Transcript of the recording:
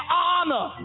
honor